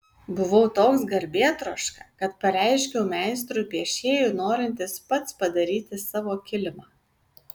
buvau toks garbėtroška kad pareiškiau meistrui piešėjui norintis pats padaryti savo kilimą